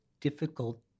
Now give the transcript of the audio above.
difficult